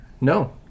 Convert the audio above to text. No